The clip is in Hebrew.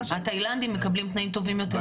התאילנדים מקבלים תנאים טובים יותר.